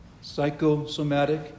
psychosomatic